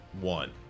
one